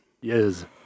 Yes